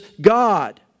God